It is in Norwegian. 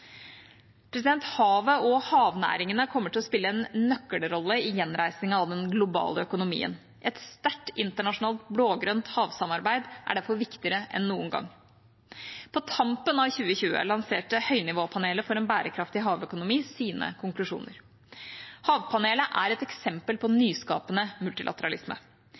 Havet og havnæringene kommer til å spille en nøkkelrolle i gjenreisingen av den globale økonomien. Et sterkt internasjonalt blå-grønt havsamarbeid er derfor viktigere enn noen gang. På tampen av 2020 lanserte Høynivåpanelet for en bærekraftig havøkonomi sine konklusjoner. Havpanelet er et eksempel på nyskapende multilateralisme.